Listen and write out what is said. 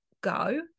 go